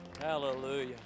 hallelujah